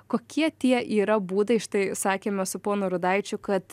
kokie tie yra būdai štai sakėme su ponu rudaičiu kad